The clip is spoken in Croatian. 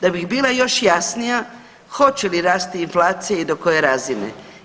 Da bih bila još jasnija, hoće li rasti inflacija i do koje razine?